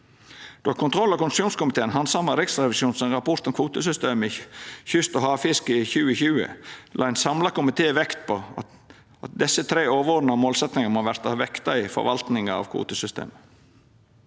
Då kontroll- og konstitusjonskomiteen handsama Riksrevisjonen sin rapport om kvotesystemet i kyst- og havfisket i 2020, la ein samla komité vekt på at desse tre overordna målsetjingane må verta vekta i forvaltninga av kvotesystemet.